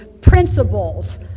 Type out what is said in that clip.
principles